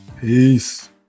Peace